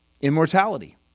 Immortality